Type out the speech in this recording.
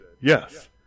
Yes